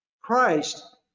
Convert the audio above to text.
Christ